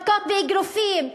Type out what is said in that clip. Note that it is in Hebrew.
מכות באגרופים,